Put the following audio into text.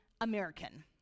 American